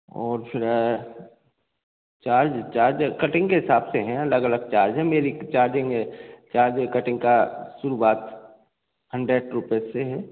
और फिर charge charge cutting के हिसाब से हैं अलग अलग चार्ज हैं मेरी चार्जिंग चार्ज कटिंग का शुरुआत हन्ड्रेड रुपए से है